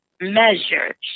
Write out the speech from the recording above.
measures